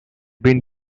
been